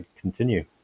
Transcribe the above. continue